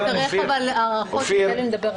נצטרך אבל הארכות, על זה נדבר אחר כך.